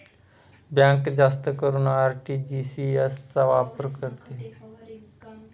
bank जास्त करून RTGS चा वापर करते